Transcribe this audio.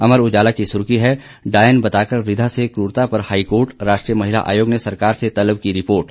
अमर उजाला की सुर्खी है डायन बता कर वृद्धा से क्रूरता पर हाईकोर्ट राष्ट्रीय महिला आयोग ने सरकार से तलब की रिपोर्ट